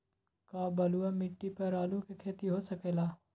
का बलूअट मिट्टी पर आलू के खेती हो सकेला?